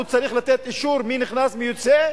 הוא צריך לתת אישור מי נכנס, מי יוצא,